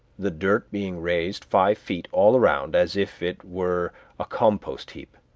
the dirt being raised five feet all around as if it were a compost heap.